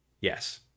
Yes